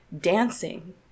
dancing